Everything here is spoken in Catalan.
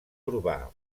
urbà